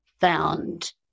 found